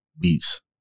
beats